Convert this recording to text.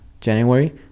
January